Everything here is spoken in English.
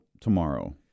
tomorrow